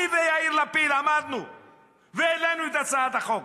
אני ויאיר לפיד עמדנו והעלינו את הצעת החוק.